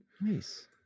nice